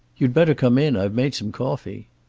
you'd better come in. i've made some coffee.